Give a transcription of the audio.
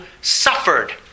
suffered